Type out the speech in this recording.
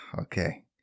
okay